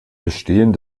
bestehen